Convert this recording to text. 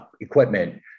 equipment